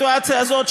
בסיטואציה הזאת,